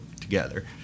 together